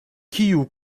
kiu